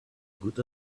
good